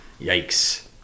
yikes